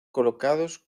colocados